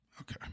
okay